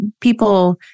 people